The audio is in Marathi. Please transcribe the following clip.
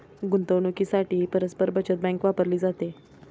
गुंतवणुकीसाठीही परस्पर बचत बँक वापरली जाते